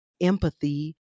empathy